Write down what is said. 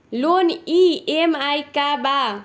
Loan EMI का बा?